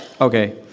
okay